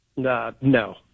No